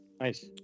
Nice